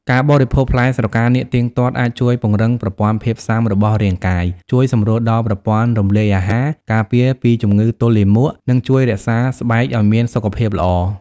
ការបរិភោគផ្លែស្រកានាគទៀងទាត់អាចជួយពង្រឹងប្រព័ន្ធភាពស៊ាំរបស់រាងកាយ ជួយសម្រួលដល់ប្រព័ន្ធរំលាយអាហារ ការពារពីជំងឺទល់លាមក និងជួយរក្សាស្បែកឱ្យមានសុខភាពល្អ។